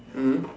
mmhmm